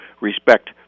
respect